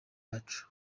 yacu